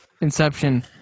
Inception